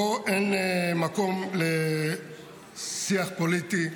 פה אין מקום לשיח פוליטי,